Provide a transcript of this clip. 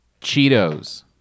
Cheetos